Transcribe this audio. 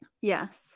yes